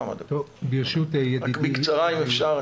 רק בקצרה אם אפשר.